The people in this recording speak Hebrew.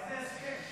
איזה הסכם?